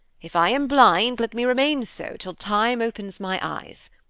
if i am blind, let me remain so till time opens my eyes.